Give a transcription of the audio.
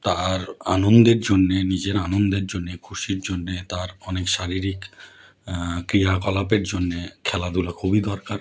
তার আনন্দের জন্যে নিজের আনন্দের জন্যে খুশির জন্যে তার অনেক শারীরিক ক্রিয়াকলাপের জন্যে খেলাধুলো খুবই দরকার